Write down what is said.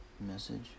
message